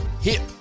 Hip